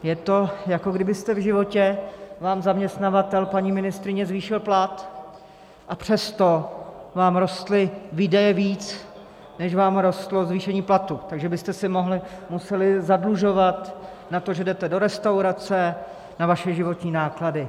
Je to, jako kdybyste v životě... vám zaměstnavatel, paní ministryně, zvýšil plat, a přesto vám rostly výdaje víc, než vám rostlo zvýšení platu, takže byste se museli zadlužovat na to, že jdete do restaurace, na vaše životní náklady.